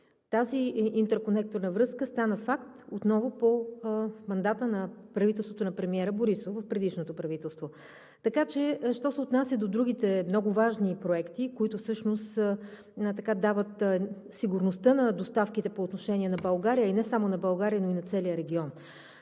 тази интерконекторна връзка стана факт отново в мандата на правителството на премиера Борисов – в предишното правителство. Що се отнася до другите много важни проекти, които всъщност дават сигурността на доставките по отношение на България и не само на България, но и на целия регион,